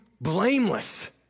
blameless